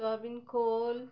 soybean খোল